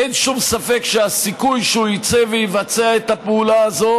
אין שום ספק שהסיכוי שהוא יצא ויבצע את הפעולה הזאת